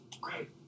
Great